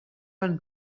and